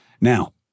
now